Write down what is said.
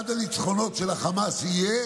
אחד הניצחונות של החמאס יהיה